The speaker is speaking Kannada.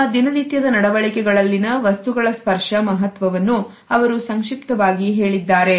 ನಮ್ಮ ದಿನನಿತ್ಯದ ನಡವಳಿಕೆಗಳಲ್ಲಿನ ವಸ್ತುಗಳ ಸ್ಪರ್ಶ ಮಹತ್ವವನ್ನು ಅವರು ಸಂಕ್ಷಿಪ್ತವಾಗಿ ಹೇಳಿದ್ದಾರೆ